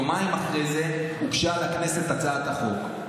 יומיים אחרי זה הוגשה לכנסת הצעת החוק.